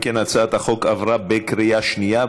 אם כן, הצעת החוק עברה בקריאה שנייה.